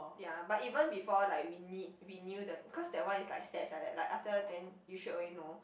ya but even before like we kn~ we knew the because that one is like stats like that like after then you straight away know